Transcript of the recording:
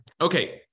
Okay